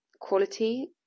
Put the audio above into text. quality